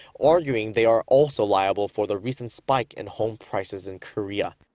arguing they are also liable for the recent spike in home prices in korea.